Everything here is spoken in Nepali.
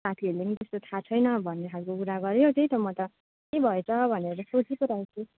साथीहरूले पनि त्यस्तो थाहा छैन भन्ने खालको कुरा गर्यो त्यही त म त के भएछ भनेर सोची पो रहेको छु